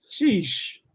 sheesh